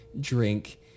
drink